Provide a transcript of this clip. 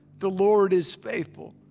the lord is faithful.